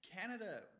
canada